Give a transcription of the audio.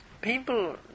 people